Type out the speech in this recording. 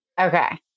Okay